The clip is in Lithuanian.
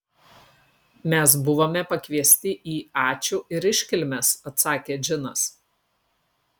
mes buvome pakviesti į ačiū ir iškilmes atsakė džinas